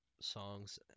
songs